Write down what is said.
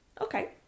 Okay